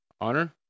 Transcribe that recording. Honor